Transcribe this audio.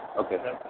Okay